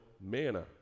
manna